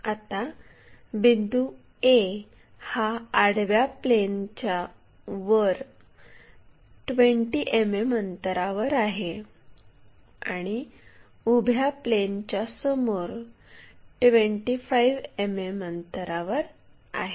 आता बिंदू A हा आडव्या प्लेनच्यावर 20 मिमी अंतरावर आहे आणि उभ्या प्लेनच्यासमोर 25 मिमी अंतरावर आहे